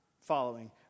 following